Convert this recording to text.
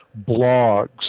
blogs